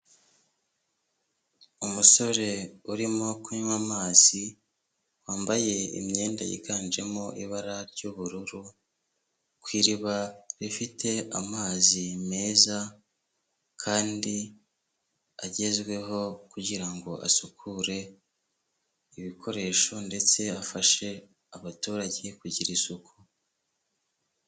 Umusore urimo kunywa amazi wambaye imyenda yiganjemo ibara ry'ubururu, ku iriba rifite amazi meza kandi agezweho kugira ngo asukure ibikoresho ndetse afashe abaturage kugira isuku.